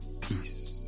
Peace